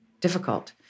difficult